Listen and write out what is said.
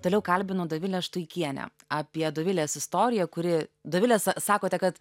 toliau kalbinu dovilę štuikienę apie dovilės istoriją kuri dovile sakote kad